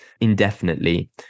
indefinitely